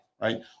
Right